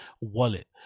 wallet